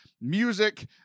music